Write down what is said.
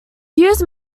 used